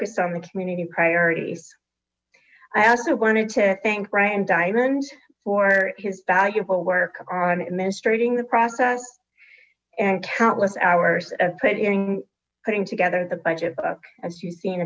focused on the community priorities i also wanted i think ryan diamond for his valuable work on administrating the process and countless hours of put in putting together the budget book as seen